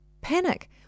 panic